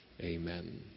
Amen